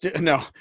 No